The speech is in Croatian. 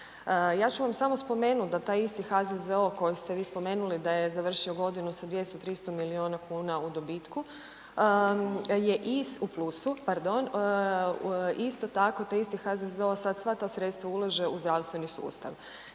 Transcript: Ja ću vam samo spomenuti da taj isti HZZO kojeg ste vi spomenuli da je završio godinu sa 200, 300 milijuna kuna u dobitku, je iz, u plusu, pardon, isto tako taj isti HZZO sad sva ta sredstva ulaže u zdravstveni sustav.